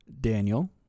Daniel